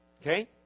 Okay